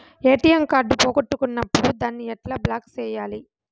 ATM card పోగొట్టుకున్నప్పుడు దాన్ని ఎట్లా బ్లాక్ సేయాలి